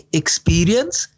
experience